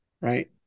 right